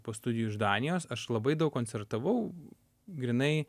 po studijų iš danijos aš labai daug koncertavau grynai